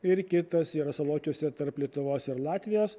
ir kitas yra saločiuose tarp lietuvos ir latvijos